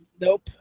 Nope